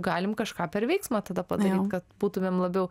galim kažką per veiksmą tada padaryt kad būtumėm labiau